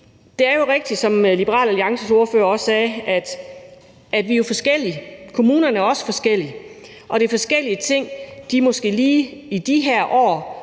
det er rigtigt, som Liberal Alliances ordfører også sagde, at vi jo er forskellige, og kommunerne er jo også forskellige. Og det er forskellige ting, de måske lige i de her år